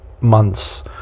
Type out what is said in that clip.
months